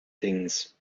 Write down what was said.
things